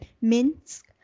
Minsk